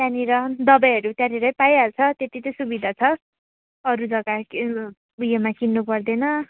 त्यहाँनिर दबाईहरू त्यहाँनिरै पाइहाल्छ त्यत्ति चाहिँ सुविधा छ अरू जग्गा केही उयोमै किन्नुपर्दैन